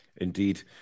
Indeed